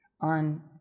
on